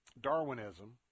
Darwinism